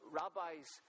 rabbis